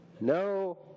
No